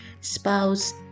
spouse